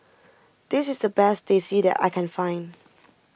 this is the best Teh C that I can find